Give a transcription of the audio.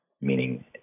meaning